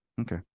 Okay